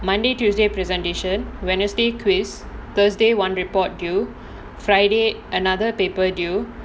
monday tuesday presentation wednesday quiz thursday one report due friday another paper due